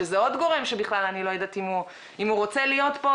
שזה עוד גורם שבכלל אני לא יודעת אם הוא רוצה להיות פה